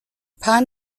pine